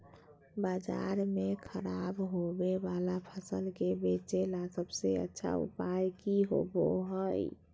बाजार में खराब होबे वाला फसल के बेचे ला सबसे अच्छा उपाय की होबो हइ?